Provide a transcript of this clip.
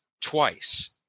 twice